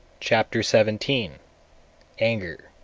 chapter seventeen anger